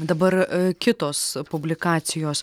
dabar kitos publikacijos